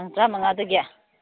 ꯇꯥꯡ ꯇꯔꯥ ꯃꯉꯥꯗꯒꯤ